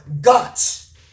guts